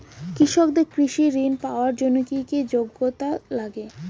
কৃষকদের কৃষি ঋণ পাওয়ার জন্য কী কী যোগ্যতা লাগে?